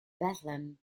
bethlehem